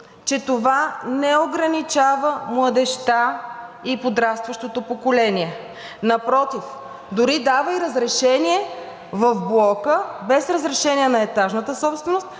че това не ограничава младежта и подрастващото поколение. Напротив, дори дава и разрешение в блока без разрешение на етажната собственост